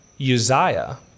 Uzziah